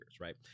right